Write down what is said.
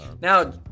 Now